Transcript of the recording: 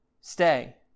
stay